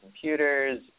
computers